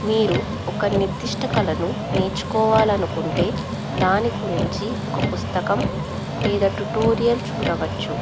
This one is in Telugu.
మీరు ఒక నిర్దిష్ట కళను నేర్చుకోవాలి అనుకుంటే దాని గురించి ఒక పుస్తకం లేదా ట్యూటోరియల్ చూడవచ్చు